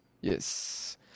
Yes